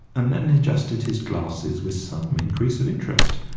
and then adjusted his glasses with some increase of interest.